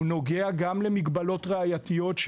גם למגבלות ראייתיות,